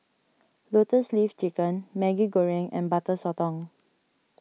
Lotus Leaf Chicken Maggi Goreng and Butter Sotong